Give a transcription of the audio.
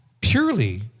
purely